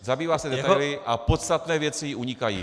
Zabývá se detaily a podstatné věci jí unikají.